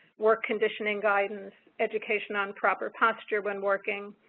work conditioning guidance, education on proper posture when working,